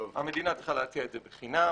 המדינה צריכה להציע את זה בחינם,